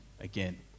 again